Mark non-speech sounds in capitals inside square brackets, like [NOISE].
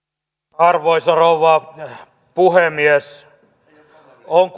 arvoisa rouva puhemies on [UNINTELLIGIBLE]